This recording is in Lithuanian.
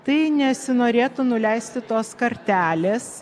tai nesinorėtų nuleisti tos kartelės